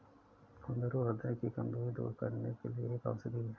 कुंदरू ह्रदय की कमजोरी दूर करने के लिए एक औषधि है